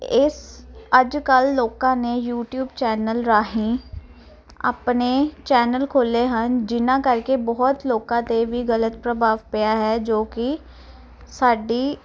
ਇਸ ਅੱਜ ਕੱਲ ਲੋਕਾਂ ਨੇ ਯੂਟੀਊਬ ਚੈਨਲ ਰਾਹੀਂ ਆਪਣੇ ਚੈਨਲ ਖੋਲੇ ਹਨ ਜਿਨਾਂ ਕਰਕੇ ਬਹੁਤ ਲੋਕਾਂ ਤੇ ਵੀ ਗਲਤ ਪ੍ਰਭਾਵ ਪਿਆ ਹੈ ਜੋ ਕਿ ਸਾਡੀ